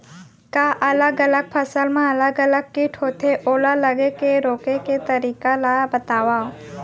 का अलग अलग फसल मा अलग अलग किट होथे, ओला लगे ले रोके के तरीका ला बतावव?